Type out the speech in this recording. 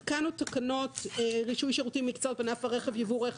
התקנו את תקנות רישוי שירותים ומקצועות בענף הרכב (ייבוא רכב